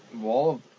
Wall